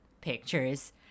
Pictures